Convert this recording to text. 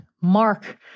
mark